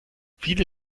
viele